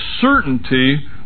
certainty